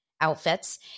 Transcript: outfits